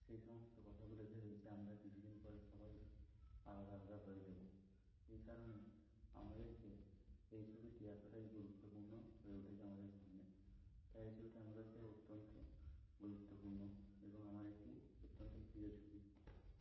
সেই সমস্ত কথাগুলো ভেবে যে আমরা কিছুদিন পরে সবাই আলাদা আলাদা হয়ে যাবো এই কারণেই আমাদেরকে এই ছবিটি এতটাই গুরুত্বপূর্ণ হয়ে উঠেছে আমাদের সামনে তাই এই ছবিটি আমার কাছে অত্যন্ত গুরুত্বপূর্ণ এবং আমার একটি অত্যন্ত প্রিয় ছবি